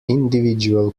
individual